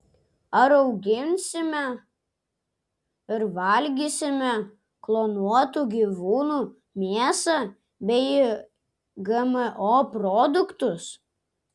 ar auginsime ir valgysime klonuotų gyvūnų mėsą bei gmo produktus